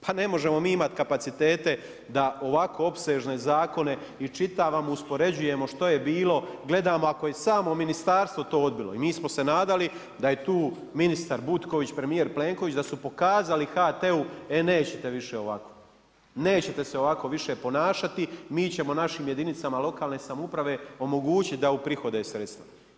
Pa ne možemo mi imati kapacitete da ovako opsežne zakone iščitavamo, uspoređujemo što je bilo, gledamo ako je samo ministarstvo to odbilo i mi smo se nadali da je tu ministar Butković i premijer Plenković da su pokazali HT e nećete više ovako, nećete se više ovako ponašati mi ćemo našim jedinicama lokalne samouprave omogućiti da uprihoduju sredstva.